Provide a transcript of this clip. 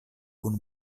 kun